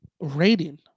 rating